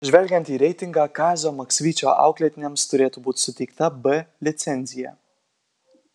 žvelgiant į reitingą kazio maksvyčio auklėtiniams turėtų būti suteikta b licencija